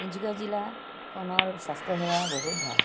তিনিচুকীয়া জিলাখনৰ স্বাস্থ্যসেৱা বহুত ভাল